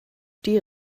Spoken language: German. die